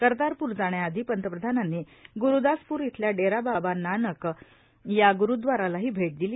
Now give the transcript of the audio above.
कर्तारपूर जाण्याआधी पंतप्रधानांनी गुरूदासपूर इथल्या डेरा बाबा नानक या गुरूद्वारालाही भेट दिली